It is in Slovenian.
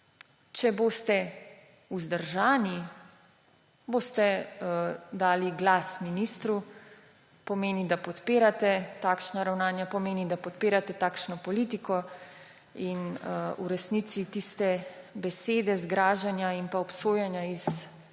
če boste vzdržani, boste dali glas ministru. To pomeni, da podpirate takšna ravnanja, pomeni, da podpirate takšno politiko, in v resnici tiste besede zgražanja in obsojanja iz